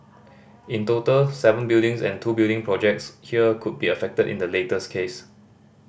in total seven buildings and two building projects here could be affected in the latest case